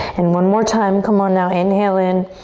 and one more time, come on now, inhale in.